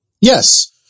Yes